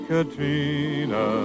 Katrina